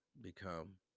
become